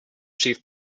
chief